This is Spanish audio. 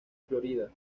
florida